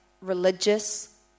religious